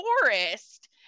forest